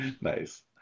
Nice